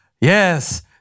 Yes